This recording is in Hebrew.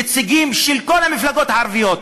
נציגים של כל המפלגות הערביות,